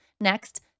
next